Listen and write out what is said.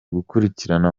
gukurikirana